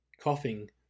Coughing